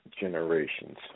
generations